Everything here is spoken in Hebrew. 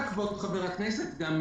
זה מה